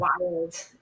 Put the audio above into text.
wild